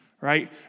right